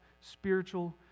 Spiritual